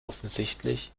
offensichtlich